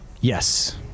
Yes